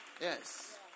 Yes